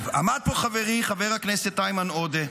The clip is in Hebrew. עמד פה חברי חבר הכנסת איימן עודה,